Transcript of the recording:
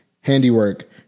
handiwork